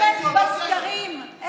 את אומרת שלא מכרתם, אפס בסקרים.